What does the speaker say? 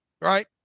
Right